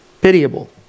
pitiable